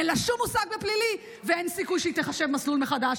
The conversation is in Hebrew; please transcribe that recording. אין לה שום מושג בפלילי ואין סיכוי שהיא תחשב מסלול מחדש.